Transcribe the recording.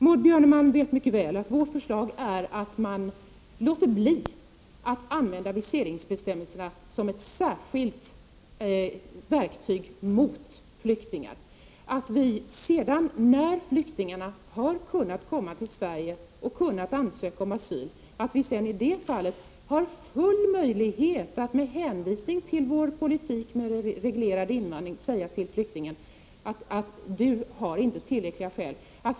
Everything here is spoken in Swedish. Maud Björnemalm vet mycket väl att vårt förslag är att man låter bli att använda viseringsbestämmelserna som ett särskilt verktyg mot flyktingar. Sedan, när flyktingarna har kunnat komma till Sverige och kunnat ansöka om asyl, har vi full möjlighet att med hänvisning till vår politik med reglerad invandring säga till flyktingen att han inte har tillräckliga skäl att få stanna i landet.